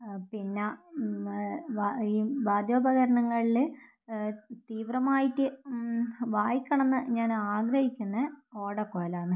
ആ പിന്നെ ഈ വാദ്യോപകരണങ്ങളിൽ തീവ്രമായിട്ട് വായിക്കണം എന്ന് ഞാൻ ആഗ്രഹിക്കുന്നത് ഓടക്കുഴലാണ്